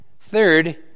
third